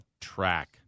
track